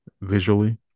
visually